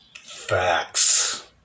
Facts